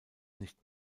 nicht